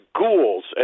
ghouls